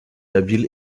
habiles